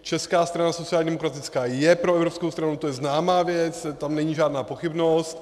Česká strana sociálně demokratická je proevropskou stranou, to je známá věc, tam není žádná pochybnost.